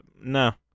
no